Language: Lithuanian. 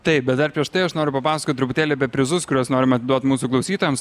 taip bet dar prieš tai aš noriu papasakot truputėlį apie prizus kuriuos norim atiduot mūsų klausytojams